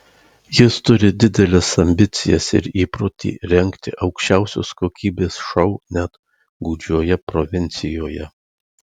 jis turi dideles ambicijas ir įprotį rengti aukščiausios kokybės šou net gūdžioje provincijoje